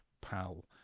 pal